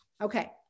Okay